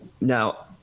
Now